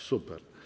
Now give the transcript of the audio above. Super.